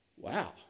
Wow